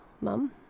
Mum